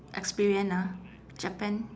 experience ah japan